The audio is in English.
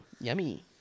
Yummy